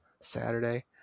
Saturday